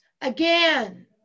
again